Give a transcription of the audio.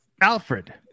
Alfred